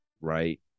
Right